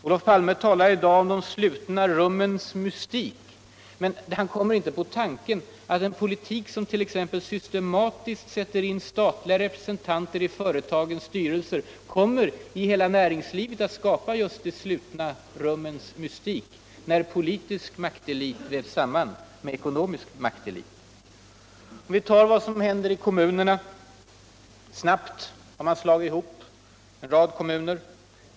Olof Palme talar i dag om de slutna rummens mystik, men han kommer inte på tanken att den politik som t.ex. systematiskt sätter in statliga representanter i företagens styrelser kommer utt skapa just de slutna rummens mystik i hela näringslivet. när politisk maktelit vävs samman med ekonomisk maktelit. Vi kan t.ex. se vad som hände i kommunerna när man snabbt slog ihop en hel rad kommuner.